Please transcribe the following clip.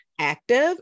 active